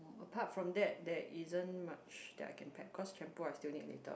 apart from that there isn't much that I can pack cause shampoo I still need later